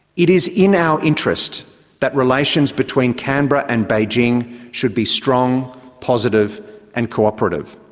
it is in our interest that relations between canberra and beijing should be strong, positive and cooperative.